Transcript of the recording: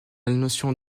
notion